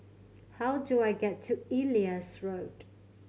how do I get to Ellis Road